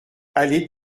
allée